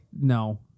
no